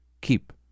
keep